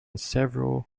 several